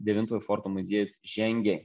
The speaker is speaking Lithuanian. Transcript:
devintojo forto muziejus žengė